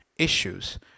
issues